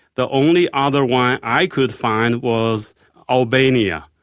the only other one i could find was albania.